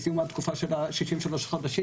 בסיום התקופה של 63 החודשים,